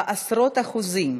בעשרות אחוזים.